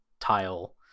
tile